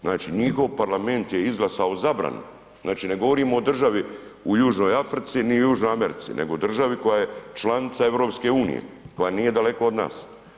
Znači njihov parlament je izglasao zabranu, znači ne govorimo o državu u Južnoj Africi ili Južnoj Americi, nego u državi koja je članica EU, koja nije daleko od nas.